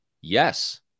Yes